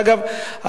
ואגב,